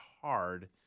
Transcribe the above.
hard